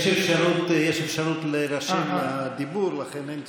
יש אפשרות להירשם לדיבור, ולכן אין צורך.